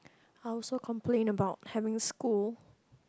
I also complain about having school